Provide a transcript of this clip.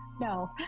No